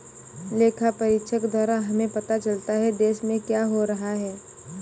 लेखा परीक्षक द्वारा हमें पता चलता हैं, देश में क्या हो रहा हैं?